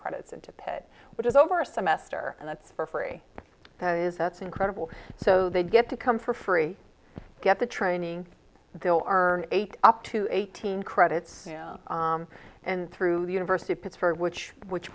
credits in tippett which is over a semester and that's for free that is that's incredible so they get to come for free get the training there are eight up to eighteen credits and through the university of pittsburgh which which